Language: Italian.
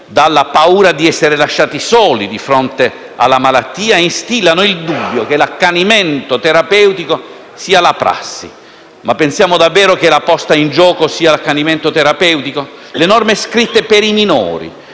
dalla paura di essere lasciati soli di fronte alla malattia e instillano il dubbio che l'accanimento terapeutico sia la prassi. Ma pensiamo davvero che la posta in gioco sia l'accanimento terapeutico? Le norme scritte per i minori